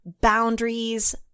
boundaries